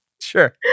Sure